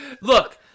Look